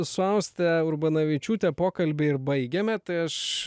su auste urbonavičiūte pokalbį ir baigiame tai aš